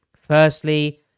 firstly